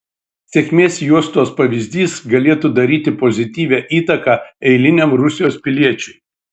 sėkmės juostos pavyzdys galėtų daryti pozityvią įtaką eiliniam rusijos piliečiui